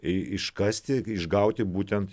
iškasti išgauti būtent